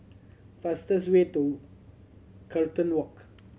fastest way to Carlton Walk